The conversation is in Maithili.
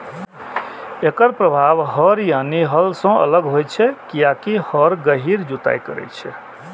एकर प्रभाव हर यानी हल सं अलग होइ छै, कियैकि हर गहींर जुताइ करै छै